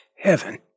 heaven